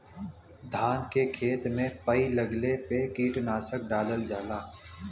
धान के खेत में पई लगले पे कीटनाशक डालल जाला